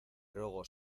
ruego